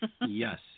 Yes